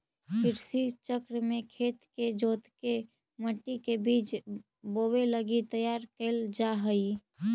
कृषि चक्र में खेत के जोतके मट्टी के बीज बोवे लगी तैयार कैल जा हइ